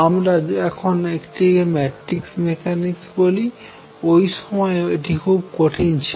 আমরা এখন এটিকে ম্যাট্রিক্স মেকানিক্স বলি ওই সময়ে এটি খুব কঠিন ছিল